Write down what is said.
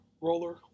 roller